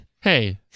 Hey